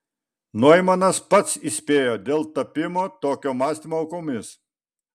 noimanas pats įspėjo dėl tapimo tokio mąstymo aukomis